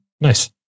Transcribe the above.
nice